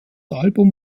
album